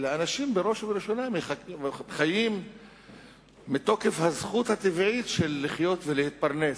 אלא אנשים בראש ובראשונה חיים מתוקף הזכות הטבעית של לחיות ולהתפרנס,